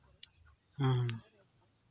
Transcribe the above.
ᱦᱮᱸ